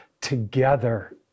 together